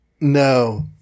No